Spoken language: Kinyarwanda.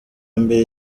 mbere